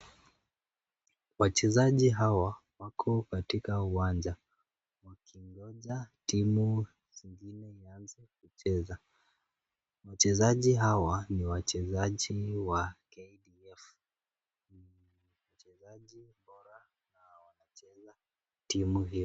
Wachezaji hawa wako katika uwanja, wakingoja timu zingine ianze kucheza, wachezaji hawa, ni wachezaji wa K.D.F, waxhezaji bora nao wanacheza timu hio.